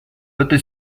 этой